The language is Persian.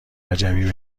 وجبی